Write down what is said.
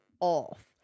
off